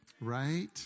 Right